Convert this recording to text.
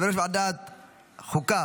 יושב-ראש ועדת החוקה,